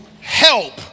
help